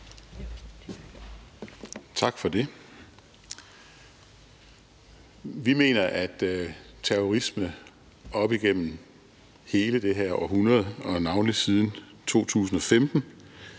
Tak for det. Vi mener, at terrorisme op igennem hele det her århundrede og navnlig siden 2015